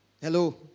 Hello